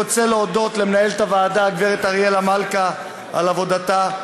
אני רוצה להודות למנהלת הוועדה הגברת אריאלה מלכה על עבודתה.